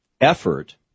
effort